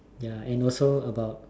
ya and also about